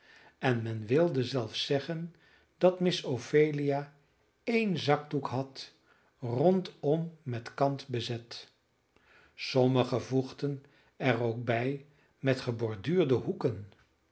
en men wilde zelfs zeggen dat miss ophelia één zakdoek had rondom met kant bezet sommigen voegden er ook bij met geborduurde hoeken